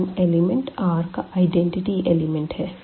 1 element R का identity element है